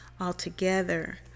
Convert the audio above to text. altogether